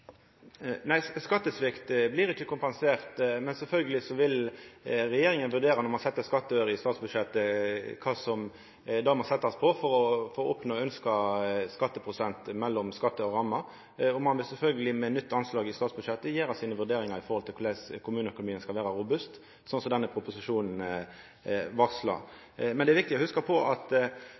Nei, skattesvikt blir ikkje kompensert, men sjølvsagt vil regjeringa vurdera skattøren i statsbudsjettet, for å oppnå ønskt skatteprosent mellom skattøren og ramma. Ein vil sjølvsagt, med nytt anslag i statsbudsjettet, gjera sine vurderingar med omsyn til korleis kommuneøkonomien skal vera robust, slik denne proposisjonen varslar. Men det er viktig å hugsa på at